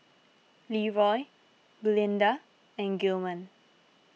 Leeroy Glynda and Gilman